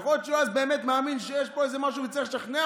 יכול להיות שהוא מאמין שיש פה משהו וצריך לשכנע